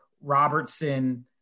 Robertson